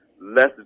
less